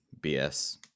BS